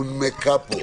הונמקה פה,